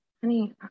honey